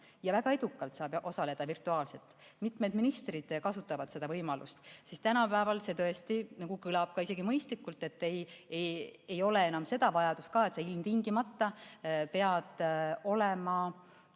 Ja väga edukalt saab osaleda virtuaalselt, mitmed ministrid kasutavad seda võimalust, see tõesti kõlab isegi mõistlikult, et ei ole enam vajadust, et sa ilmtingimata pead olema